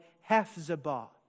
Hephzibah